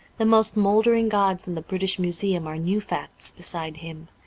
the most mouldering gods in the british museum are new facts beside him.